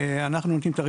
אנחנו נותנים את הרישיון,